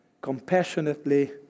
compassionately